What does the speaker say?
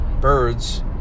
birds